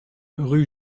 rue